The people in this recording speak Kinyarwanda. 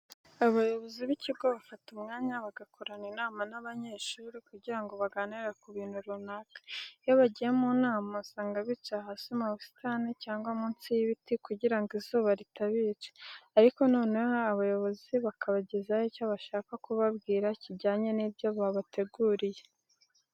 Abayobozi b'ikigo bafata umwanya bagakorana inama n'abanyeshuri kugira ngo baganire ku bintu runaka. Iyo bagiye mu nama usanga bicaye hasi mu busitani cyangwa munsi y'ibiti kugira ngo izuba ritabica, noneho abayobozi bakabagezaho icyo bashakaga kubabwira kijyanye n'ibyo babateguriye.